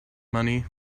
money